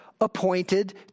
appointed